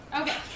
Okay